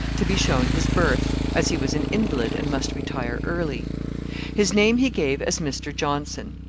to be shown his berth, as he was an invalid, and must retire early his name he gave as mr johnson.